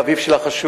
אביו של החשוד,